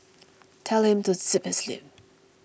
tell him to zip his lip